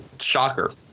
shocker